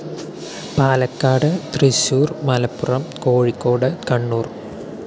Palakkad Thrissur Malappuram Kozhikode Kannur